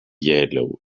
yellow